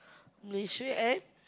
Malaysia and